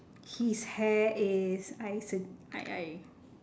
his hair is I sug~ I I